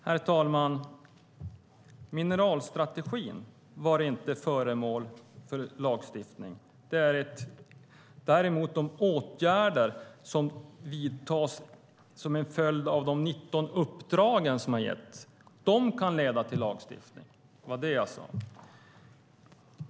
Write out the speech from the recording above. Herr talman! Mineralstrategin var inte föremål för lagstiftning. Däremot kan de åtgärder som vidtas som en följd av de 19 uppdrag som har getts leda till lagstiftning. Det var det jag sade.